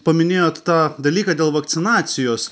paminėjot tą dalyką dėl vakcinacijos